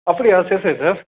அப்படியா சேரி சரி சார்